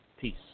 peace